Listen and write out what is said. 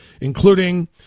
including